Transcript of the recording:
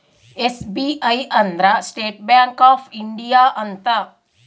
SBI ಅಂದ್ರ state bank of India ಅಂತ